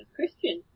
Christian